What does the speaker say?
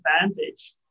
advantage